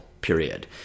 period